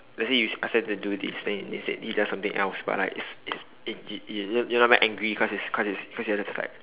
let's say you ask them to do this then let's say then they does something else but like is is you you you're not even angry cause it's cause it's cause you're just like